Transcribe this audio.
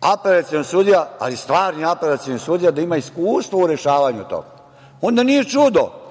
apelacioni sudija, ali stvarni apelacioni sudija, da ima iskustva u rešavanju toga? Onda nije čudo,